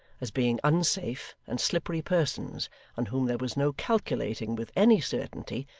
as being unsafe and slippery persons on whom there was no calculating with any certainty,